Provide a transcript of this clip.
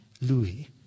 Louis